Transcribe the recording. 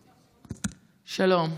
שלום,